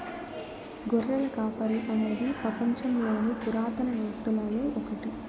గొర్రెల కాపరి అనేది పపంచంలోని పురాతన వృత్తులలో ఒకటి